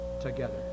together